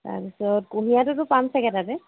তাৰ পিছত কুঁহিয়াৰটোতো পাম চাগে তাতে